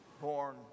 born